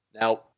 Now